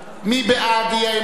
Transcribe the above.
מי בעד האי-אמון?